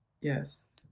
Yes